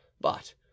But—